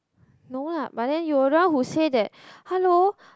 no lah but then you are the one who say that hello